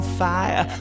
fire